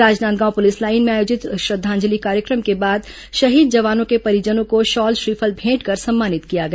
Rajnandgaon police line में आयोजित श्रद्धांजलि कार्यक्रम के बाद शहीद जवानों के परिजनों को शॉल श्रीफल भेंटकर सम्मानित किया गया